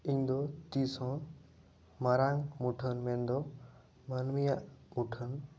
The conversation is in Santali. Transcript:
ᱤᱧ ᱫᱚ ᱛᱤᱥ ᱦᱚᱸ ᱢᱟᱨᱟᱝ ᱢᱩᱴᱷᱟᱹᱱ ᱢᱮᱱ ᱫᱚ ᱢᱟᱹᱱᱢᱤᱭᱟᱜ ᱢᱩᱴᱷᱟᱹᱱ